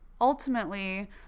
ultimately